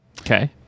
Okay